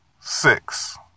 Six